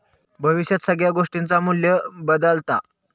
भविष्यात सगळ्या गोष्टींचा मू्ल्य बदालता